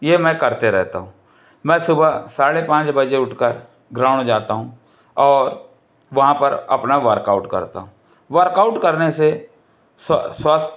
यह मैं करते रहता हूँ मैं सुबह साढ़े पाँच बजे उठकर ग्राउंड जाता हूँ और वहाँ पर अपना वर्कआउट करता हूँ वर्कआउट करने से स्व स्वस्थ